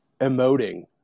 emoting